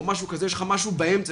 ויש לך משהו באמצע,